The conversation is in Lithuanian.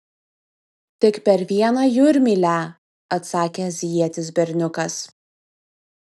tik per vieną jūrmylę atsakė azijietis berniukas